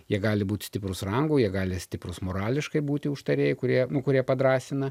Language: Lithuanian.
jie gali būti stiprūs rangu jie gali stiprūs morališkai būti užtarėjai kurie kurie padrąsina